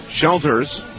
Shelters